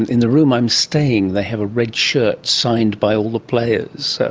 in the room i'm staying they have a red shirt signed by all the players.